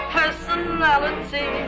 personality